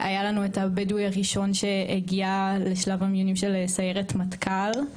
היה לנו את הבדואי הראשון שהגיע לשלב המיונים של סיירת מטכ"ל.